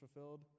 fulfilled